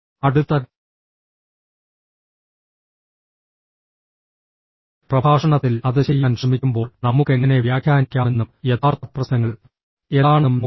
അടുത്ത പ്രഭാഷണത്തിൽ അത് ചെയ്യാൻ ശ്രമിക്കുമ്പോൾ നമുക്ക് എങ്ങനെ വ്യാഖ്യാനിക്കാമെന്നും യഥാർത്ഥ പ്രശ്നങ്ങൾ എന്താണെന്നും നോക്കാം